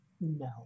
no